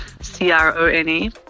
C-R-O-N-E